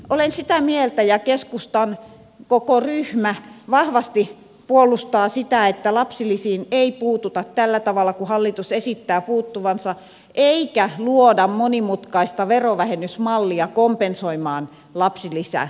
olen sitä mieltä ja keskustan koko ryhmä vahvasti puolustaa sitä että lapsilisiin ei puututa tällä tavalla kuin hallitus esittää puuttuvansa eikä luoda monimutkaista verovähennysmallia kompensoimaan lapsilisäleikkausta